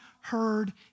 heard